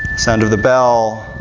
sound of the bell,